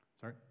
Sorry